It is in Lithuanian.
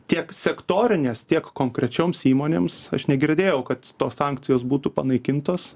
tiek sektorinės tiek konkrečioms įmonėms aš negirdėjau kad tos sankcijos būtų panaikintos